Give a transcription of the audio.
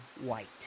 white